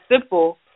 simple